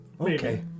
Okay